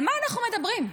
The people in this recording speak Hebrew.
על מה אנחנו מדברים?